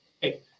Hey